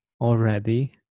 already